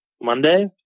Monday